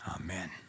Amen